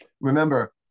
Remember